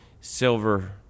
Silver